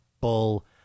bull